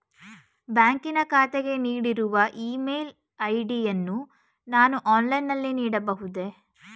ಬ್ಯಾಂಕಿನ ಖಾತೆಗೆ ನೀಡಿರುವ ಇ ಮೇಲ್ ಐ.ಡಿ ಯನ್ನು ನಾನು ಆನ್ಲೈನ್ ನಲ್ಲಿ ನೀಡಬಹುದೇ?